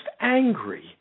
angry